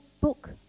book